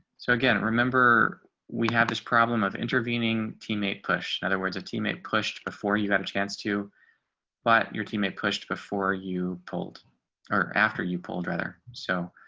so again, remember we have this problem of intervening teammate push. in other words, a teammate pushed before you had a chance to but your teammate pushed before you pulled or after you pulled rather so